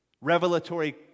revelatory